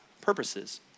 purposes